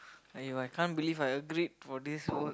!aiyo! I can't believe I agreed for this work